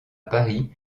paris